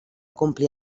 complir